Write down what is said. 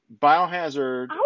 Biohazard